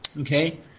okay